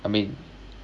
I mean